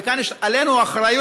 וכאן יש עלינו אחריות,